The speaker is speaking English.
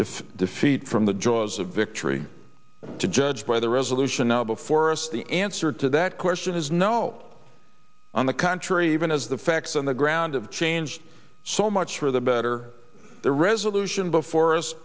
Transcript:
defeat from the jaws of victory to judge by the resolution now before us the answer to that question is no on the contrary even as the facts on the ground of change so much for the better the resolution before us